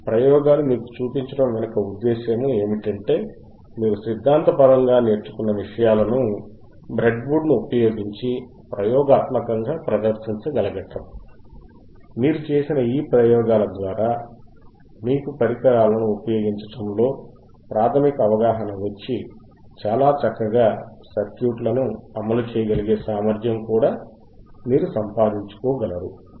ప్రయోగాలు మీకు చూపించటం వెనుక ఉద్దేశ్యము ఏమిటంటే మీరు సిద్దాంత పరముగా నేర్చుకున్న విషయాలను బ్రెడ్బోర్డును ఉపయోగించి ప్రయోగాత్మకముగా ప్రదర్శించగలగటం మీరు చేసిన ఈ ప్రయోగాల ద్వారా మీకుపరికరాలను ఉపయోగించటంలో ప్రాథమిక అవగాహన వచ్చి చాలా చక్కగా సర్క్యూట్లను అమలు చేయగలిగే సామర్ధ్యము కూడా మీరు సంపాదించుకోగలరు